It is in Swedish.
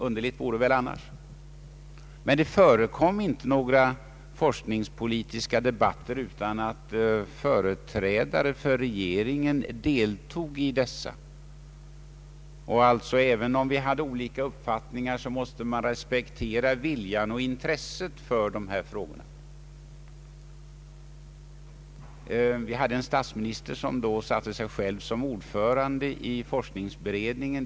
Underligt hade det varit annars. Men det förekom inga forskningspolitiska debatter utan att företrädare för regeringen deltog. Om vi hade olika uppfattningar måste man ändå respektera viljan och intresset för dessa frågor. Förre statsministern Tage Erlander satte sig själv som ordförande i forskningsberedningen.